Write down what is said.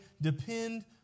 depend